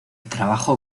trabajó